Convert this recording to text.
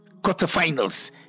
quarterfinals